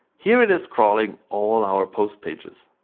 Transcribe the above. here it is crawling all our post pages.